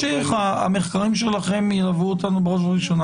המחקרים שלכם ילוו אותנו בראש וראשונה